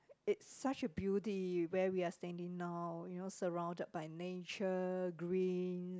it's such a beauty where we are standing now you know surrounded by nature greens